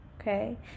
Okay